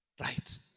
right